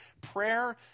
Prayer